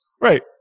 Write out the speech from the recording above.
Right